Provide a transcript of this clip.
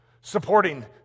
supporting